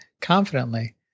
confidently